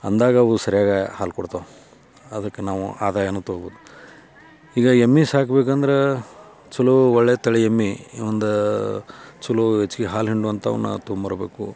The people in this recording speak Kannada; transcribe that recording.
ಅಂದಾಗ ಅವು ಸರ್ಯಾಗೆ ಹಾಲು ಕೊಡ್ತವೆ ಅದಕ್ಕೆ ನಾವು ಆದಾಯನೂ ತೊಗೊಬೋದು ಈಗ ಎಮ್ಮೆ ಸಾಕ್ಬೇಕಂದ್ರೆ ಚೊಲೋ ಒಳ್ಳೆಯ ತಳಿ ಎಮ್ಮೆ ಒಂದು ಚೊಲೋ ಹೆಚ್ಗೆ ಹಾಲು ಹಿಂಡುವಂಥವನ್ನ ತೊಗೊಂಡ್ಬರ್ಬೇಕು